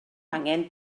angen